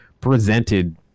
presented